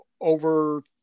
over